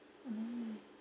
mm